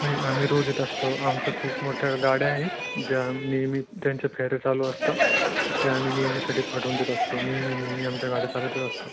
नाही आम्ही रोज येत असतो आमचं खूप मोठ्या गाड्या आहेत ज्या नेहमी ज्यांच्या फेऱ्या चालू असता त्या आम्ही नेहमीसाठी पाठवून देत असतो नेहमी नेहमी आमच्या गाड्या चालतच असतात